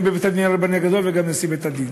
בבית-הדין הרבני הגדול וגם נשיא בית-הדין.